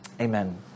Amen